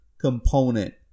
component